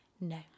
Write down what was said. No